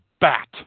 bat